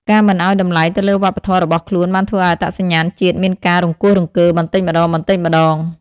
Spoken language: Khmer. ការមិនឲ្យតម្លៃទៅលើវប្បធម៌របស់ខ្លួនបានធ្វើឱ្យអត្តសញ្ញាណជាតិមានការរង្គោះរង្គើបន្តិចម្ដងៗ។